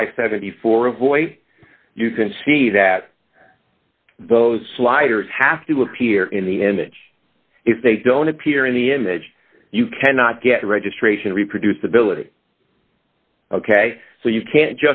and seventy four avoid you can see that those sliders have to appear in the image if they don't appear in the image you cannot get a registration reproducibility ok so you can't